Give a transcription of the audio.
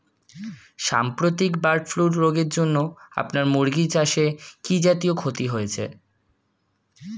সাম্প্রতিক bird flu রোগের জন্য আপনার মুরগি চাষে কি জাতীয় ক্ষতি হয়েছে?